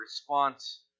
response